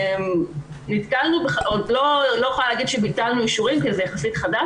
אני לא יכולה להגיד שביטלנו אישורים כי זה יחסית חדש,